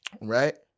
right